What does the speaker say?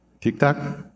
TikTok